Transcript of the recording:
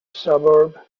suburb